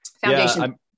foundation